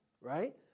right